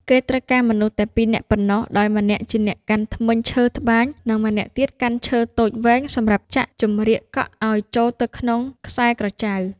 គេត្រូវការមនុស្សតែពីរនាក់ប៉ុណ្ណោះ ដោយម្នាក់ជាអ្នកកាន់ធ្មេញឈើត្បាញ និងម្នាក់ ទៀតកាន់ឈើតូចវែងសំរាប់ចាក់ចំរៀកកក់អោយចូលទៅក្នុងខ្សែក្រចៅ ។